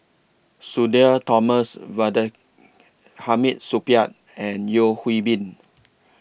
Sudhir Thomas Hamid Supaat and Yeo Hwee Bin